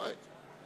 הואיל